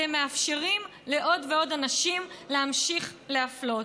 אתם מאפשרים לעוד ועוד אנשים להמשיך להפלות.